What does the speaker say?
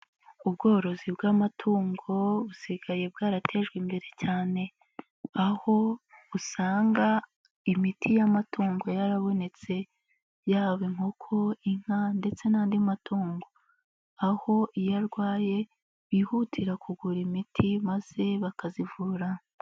Ubworozi bw'amatungo busigaye bwaratejwe imbere cyane aho usanga imiti y'amatungo yarabonetse yaba inkoko, inka ndetse n'andi matungo aho iyo arwaye bihutira kugura imiti maze bakazivura.